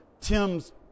Tim's